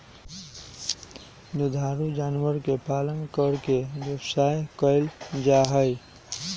दुधारू जानवर के पालन करके व्यवसाय कइल जाहई